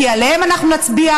כי עליהם אנחנו נצביע,